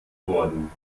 worden